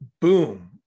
boom